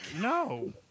No